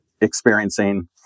experiencing